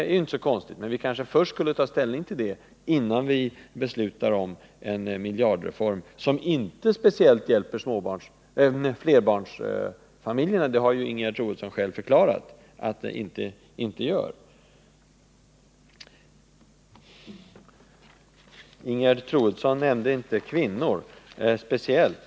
Och vi kanske först skall ta ställning till dessa, innan vi beslutar om en miljardreform som inte speciellt hjälper flerbarnsfamiljerna. Ingegerd Troedsson har ju själv förklarat att vårdnadsbidraget inte hjälper dem. Ingegerd Troedsson påpekade att hon inte hade nämnt ordet kvinnor.